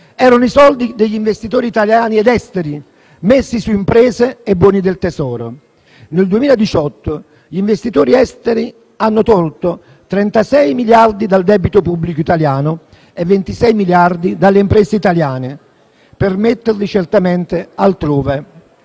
erano i soldi degli investitori italiani ed esteri, messi su imprese e buoni del Tesoro. Nel 2018 gli investitori esteri hanno tolto 36 miliardi di euro dal debito pubblico italiano e 26 miliardi dalle imprese italiane per metterli certamente altrove;